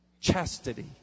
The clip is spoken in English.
Chastity